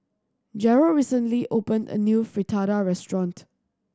Jerrell recently opened a new Fritada restaurant